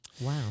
Wow